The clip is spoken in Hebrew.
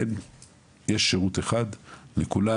יש שירות אחד לכולם,